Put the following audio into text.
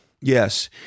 Yes